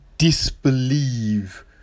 Disbelieve